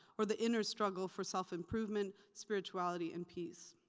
or the inner struggle for self-improvement, spirituality, and peace.